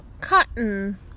cotton